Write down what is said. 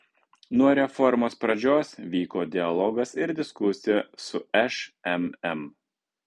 nuo reformos pradžios vyko dialogas ir diskusija su šmm